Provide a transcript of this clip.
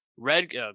Red